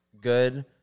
good